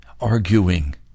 arguing